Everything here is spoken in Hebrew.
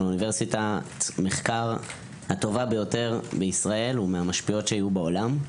אוניברסיטת מחקר הטובה ביותר בישראל ומהמשפיעות שהיו בעולם.